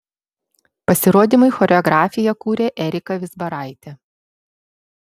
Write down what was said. pasirodymui choreografiją kūrė erika vizbaraitė